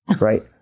Right